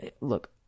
look